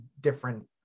different